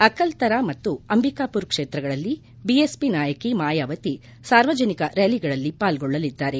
ಅಕಲ್ತರ ಮತ್ತು ಅಂಬಿಕಾಮರ್ ಕ್ಷೇತ್ರಗಳಲ್ಲಿ ಬಿಎಸ್ಪಿ ನಾಯಕಿ ಮಾಯಾವತಿ ಸಾರ್ವಜನಿಕ ರ್ನಾಲಿಗಳಲ್ಲಿ ಪಾಲ್ಗೊಳ್ಳಲಿದ್ದಾರೆ